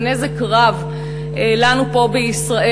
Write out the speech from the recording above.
זה נזק רב לנו פה, בישראל.